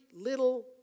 little